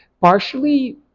partially